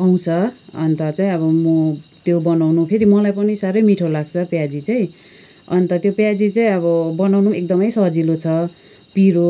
आउँछ अन्त चाहिँ अब म त्यो बनाउनु फेरि मलाई पनि साह्रै मिठो लाग्छ प्याजी चाहिँ अन्त त्यो प्याजी चाहिँ अब बनाउनु एकदमै सजिलो छ पिरो